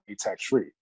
tax-free